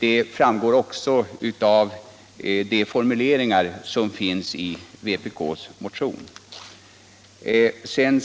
Det framgår också av de formuleringar som finns i vpk-motionen.